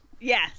yes